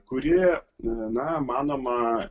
kuri na manoma